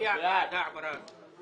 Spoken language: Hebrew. להצביע בעד ההעברה.